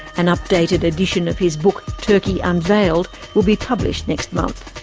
an updated edition of his book turkey unveiled will be published next month.